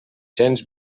cents